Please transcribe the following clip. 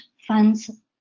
funds